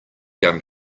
gun